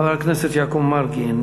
חבר הכנסת יעקב מרגי,